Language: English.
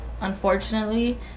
unfortunately